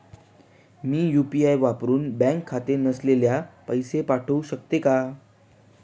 मी UPI वापरुन bank खाते नसलेल्यांना पैसे पाठवू शकते का?